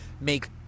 make